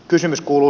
kysymys kuuluu